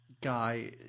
guy